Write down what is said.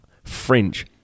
French